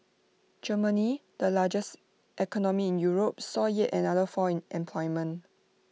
Germany the largest economy in Europe saw yet another fall in employment